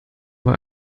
war